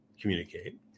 communicate